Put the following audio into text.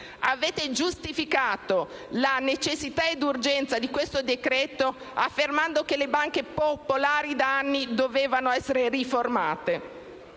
Avete giustificato, la necessità ed urgenza di questo decreto affermando che le banche popolari da anni dovevano essere riformate.